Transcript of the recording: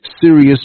serious